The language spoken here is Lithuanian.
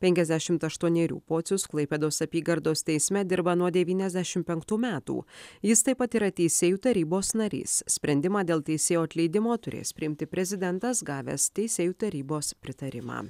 penkiasdešimt aštuonierių pocius klaipėdos apygardos teisme dirba nuo devyniasdešimt penktų metų jis taip pat yra teisėjų tarybos narys sprendimą dėl teisėjo atleidimo turės priimti prezidentas gavęs teisėjų tarybos pritarimą